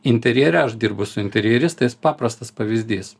interjere aš dirbu su interjeristais paprastas pavyzdys